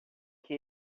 que